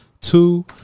two